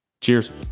Cheers